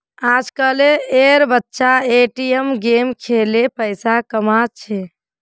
आजकल एर बच्चा ए.टी.एम गेम खेलें पैसा कमा छे